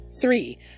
three